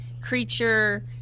Creature